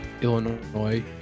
Illinois